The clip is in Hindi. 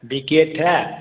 बिकेट है